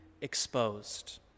exposed